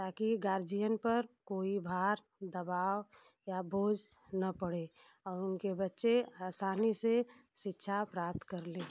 ताकि गार्जियन पर कोई भार दबाव या बोझ न पड़े और उनके बच्चे आसानी से शिक्षा प्राप्त कर लें